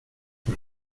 por